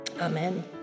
Amen